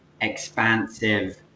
expansive